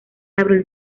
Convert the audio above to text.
abrir